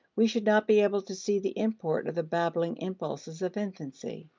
we should not be able to see the import of the babbling impulses of infancy.